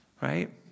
right